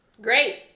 great